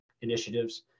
initiatives